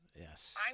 Yes